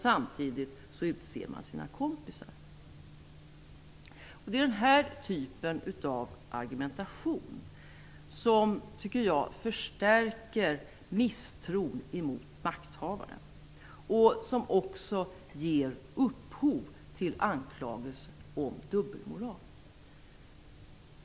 Samtidigt utser man sina kompisar. Det är den här typen av argumentation som, tycker jag, förstärker misstron mot makthavaren och som också ger upphov till anklagelser om dubbelmoral.